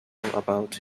about